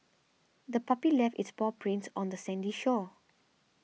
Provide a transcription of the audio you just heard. the puppy left its paw prints on the sandy shore